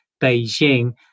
Beijing